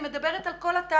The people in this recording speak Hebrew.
אני מדברת על כל התהליך.